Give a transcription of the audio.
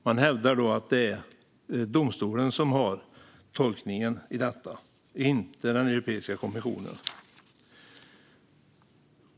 Man hävdar att det är domstolen som gör tolkningen, inte Europeiska kommissionen.